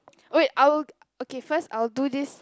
wait I will okay first I'll do this